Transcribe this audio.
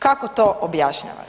Kako to objašnjavate?